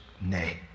nay